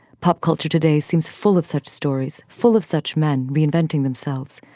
pop culture today seems full of such stories, full of such men reinventing themselves.